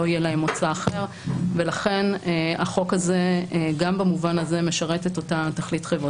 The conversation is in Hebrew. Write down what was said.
לא יהיה באותו רישום בשל אי-עמידה נניח של המדינה בפרק הזמן הסביר